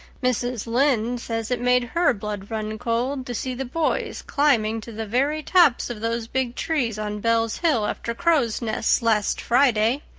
mrs. lynde says it made her blood run cold to see the boys climbing to the very tops of those big trees on bell's hill after crows' nests last friday,